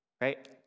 right